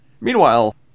Meanwhile